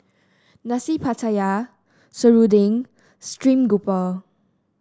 Nasi Pattaya serunding and stream grouper